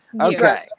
Okay